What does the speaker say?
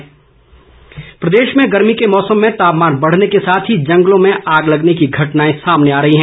आग प्रदेश में गर्मी के मौसम में तापमान बढ़ने के साथ ही जंगलों में आग लगने की घटनाएं सामने आ रहीं हैं